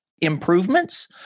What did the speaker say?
improvements